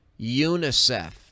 unicef